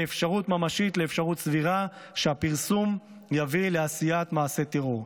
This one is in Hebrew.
מאפשרות ממשית לאפשרות סבירה שהפרסום יביא לעשיית מעשה טרור.